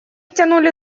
тянули